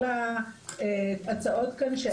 כל ההצעות כאן שעלו.